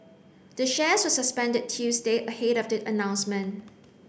the shares were suspended Tuesday ahead of the announcement